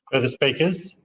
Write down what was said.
speakers?